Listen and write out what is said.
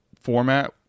format